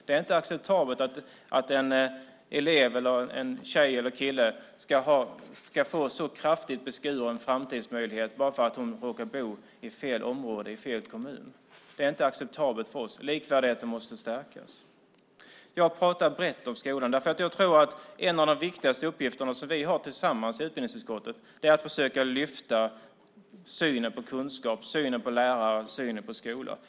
Det är inte acceptabelt att en elev - en tjej eller en kille - ska få så kraftigt beskurna framtidsmöjligheter bara för att hon eller han råkar bo i fel område eller i fel kommun. Det är inte acceptabelt för oss. Likvärdigheten måste stärkas. Jag pratar brett om skolan därför att jag tror att en av de viktigaste uppgifterna som vi har tillsammans i utbildningsutskottet är att försöka lyfta synen på kunskap, synen på lärare och synen på skolan.